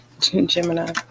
Gemini